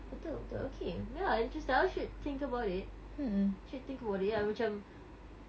betul betul okay ya interesting I should think about it should think about it ya macam